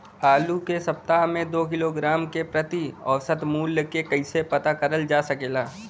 आलू के सप्ताह में दो किलोग्राम क प्रति औसत मूल्य क कैसे पता करल जा सकेला?